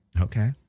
Okay